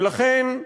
ולכן,